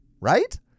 right